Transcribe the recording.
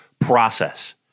process